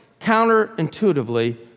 counterintuitively